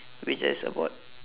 which has about